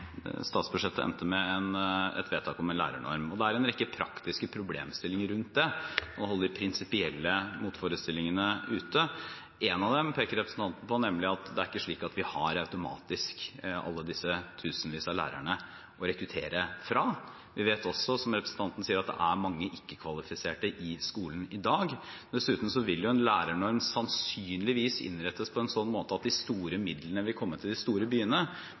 statsbudsjettet endte med et vedtak om en lærernorm, og det er en rekke praktiske problemstillinger rundt det å holde de prinsipielle motforestillingene ute. En av dem peker representanten på, nemlig at det ikke er slik at vi automatisk har alle disse tusenvis av lærerne å rekruttere fra. Vi vet også, som representanten sier, at det er mange ikke-kvalifiserte i skolen i dag. Dessuten vil en lærernorm sannsynligvis innrettes på en sånn måte at de store midlene vil komme til de store byene,